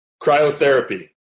Cryotherapy